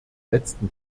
letzten